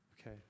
Okay